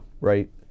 right